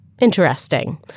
interesting